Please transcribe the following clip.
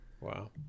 Wow